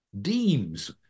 deems